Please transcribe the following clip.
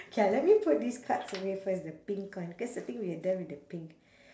K ah let me put these cards away first the pink one cause I think we are done with the pink